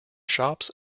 shops